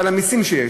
ועל המסים שיש,